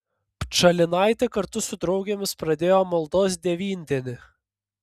pčalinaitė kartu su draugėmis pradėjo maldos devyndienį